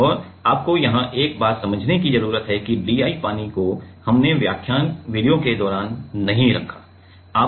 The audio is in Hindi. और आपको यहां एक बात समझने की जरूरत है कि DI पानी को हमने व्याख्यान वीडियो के दौरान नहीं रखा हैं